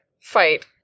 fight